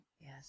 Yes